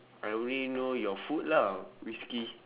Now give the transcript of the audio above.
I only know your food lah whisky